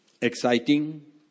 exciting